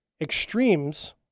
extremes